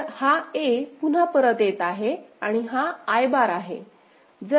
तर हा a पुन्हा परत येत आहे आणि हा I बार आहे